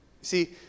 See